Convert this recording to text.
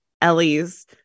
ellie's